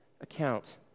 account